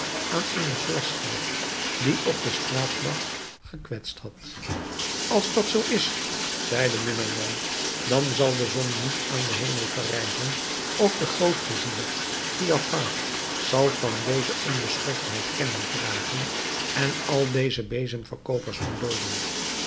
aan eene glasscherf die op de straat lag gekwetst had als dat zoo is zeide nu mijn man dan zal de zon niet aan den hemel verrijzen of de groot-vizier giafar zal van deze onbeschoftheid kennis dragen en al deze bezemverkoopers doen dooden